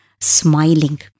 smiling